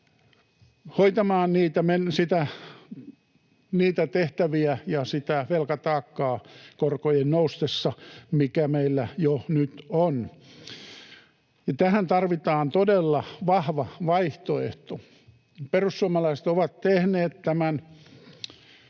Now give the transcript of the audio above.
hoitamaan niitä tehtäviä ja sitä velkataakkaa korkojen noustessa, mikä meillä jo nyt on, ja tähän tarvitaan todella vahva vaihtoehto. Perussuomalaiset ovat tehneet tämän